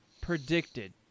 predicted